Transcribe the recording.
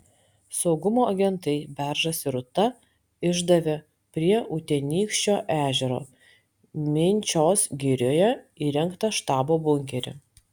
saugumo agentai beržas ir rūta išdavė prie utenykščio ežero minčios girioje įrengtą štabo bunkerį